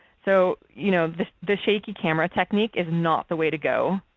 so you know the the shaky camera technique is not the way to go.